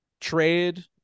trade